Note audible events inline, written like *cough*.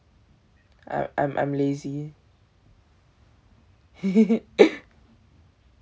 I I'm I'm lazy *laughs*